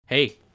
Hey